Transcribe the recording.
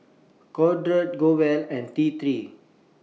Kordel's Growell and T three